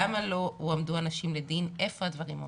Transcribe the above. למה לא הועמדו אנשים לדין והיכן הדברים עומדים.